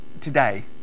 today